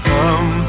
Come